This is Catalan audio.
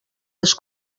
les